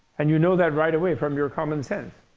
and you know that right away from your common sense.